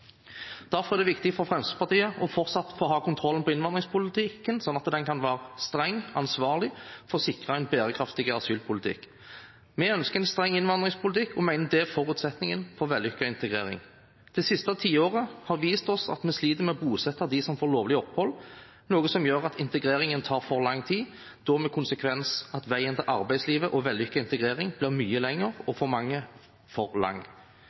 Derfor er det viktig for Fremskrittspartiet fortsatt å ha kontroll på innvandringspolitikken, slik at den kan være streng og ansvarlig for å sikre en bærekraftig asylpolitikk. Vi ønsker en streng innvandringspolitikk og mener at det er forutsetningen for en vellykket integrering. Det siste tiåret har vist oss at vi sliter med å bosette dem som får lovlig opphold, noe som gjør at integreringen tar for lang tid, med det som konsekvens at veien til arbeidslivet og en vellykket integrering blir mye lengre og for lang